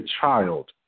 child